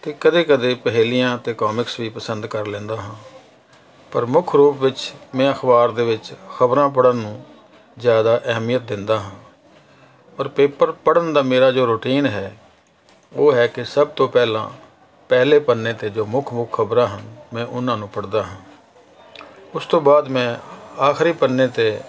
ਅਤੇ ਕਦੇ ਕਦੇ ਪਹੇਲੀਆਂ ਅਤੇ ਕੋਮਿਕਸ ਵੀ ਪਸੰਦ ਕਰ ਲੈਂਦਾ ਪਰ ਮੁੱਖ ਰੂਪ ਵਿੱਚ ਮੈਂ ਅਖ਼ਬਾਰ ਦੇ ਵਿੱਚ ਖ਼ਬਰਾਂ ਪੜ੍ਹਨ ਨੂੰ ਜ਼ਿਆਦਾ ਅਹਿਮੀਅਤ ਦਿੰਦਾ ਹਾਂ ਔਰ ਪੇਪਰ ਪੜ੍ਹਨ ਦਾ ਮੇਰਾ ਜੋ ਰੁਟੀਨ ਹੈ ਉਹ ਹੈ ਕਿ ਸਭ ਤੋਂ ਪਹਿਲਾਂ ਪਹਿਲੇ ਪੰਨੇ 'ਤੇ ਜੋ ਮੁੱਖ ਮੁੱਖ ਖ਼ਬਰਾਂ ਹਨ ਮੈਂ ਉਹਨਾਂ ਨੂੰ ਪੜ੍ਹਦਾ ਹਾਂ ਉਸ ਤੋਂ ਬਾਅਦ ਮੈਂ ਆਖ਼ਰੀ ਪੰਨੇ 'ਤੇ